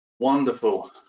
Wonderful